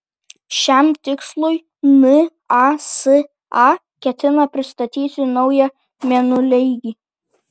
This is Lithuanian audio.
šiam tikslui nasa ketina pristatyti naują mėnuleigį